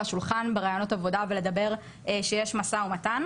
השולחן בראיונות עבודה ולדבר שיש משא ומתן.